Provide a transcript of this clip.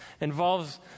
involves